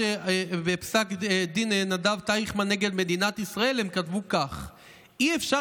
בפסק דין נדב טייכמן נ' מדינת ישראל הם כתבו כך: "אי-אפשר